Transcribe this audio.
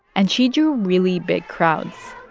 and she drew really big crowds